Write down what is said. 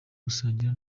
gusangira